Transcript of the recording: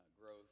growth